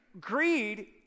greed